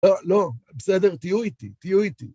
לא, בסדר, תהיו איתי, תהיו איתי.